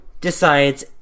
decides